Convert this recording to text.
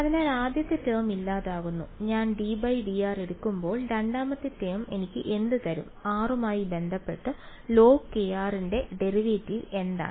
അതിനാൽ ആദ്യത്തെ ടേം ഇല്ലാതാകുന്നു ഞാൻ ddr എടുക്കുമ്പോൾ രണ്ടാമത്തെ ടേം എനിക്ക് എന്ത് തരും r മായി ബന്ധപ്പെട്ട് log ന്റെ ഡെറിവേറ്റീവ് എന്താണ്